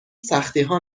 سختیها